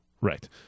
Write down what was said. right